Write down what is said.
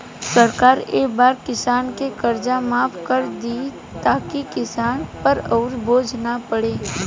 सरकार ए बार किसान के कर्जा माफ कर दि ताकि किसान पर अउर बोझ ना पड़े